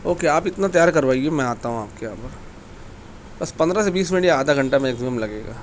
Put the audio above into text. okay آپ اتنا تیار کروائیے میں آتا ہوں آپ کے یہاں پر بس پندرہ سے بیس منٹ یا آدھا گھنٹہ میکسیمم لگے گا